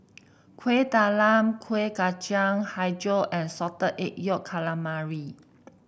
Kuih Talam Kueh Kacang hijau and Salted Egg Yolk Calamari